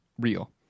real